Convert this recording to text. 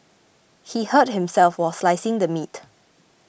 he hurt himself while slicing the meat